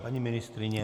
Paní ministryně?